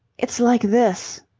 it's like this.